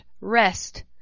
rest